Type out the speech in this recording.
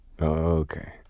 Okay